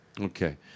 Okay